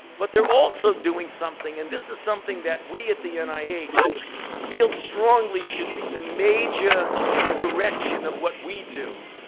but they're also doing something and this is something that we at the nih feel strongly should be the major direction of what we do,